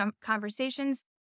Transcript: conversations